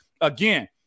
Again